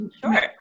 Sure